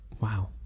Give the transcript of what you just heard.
Wow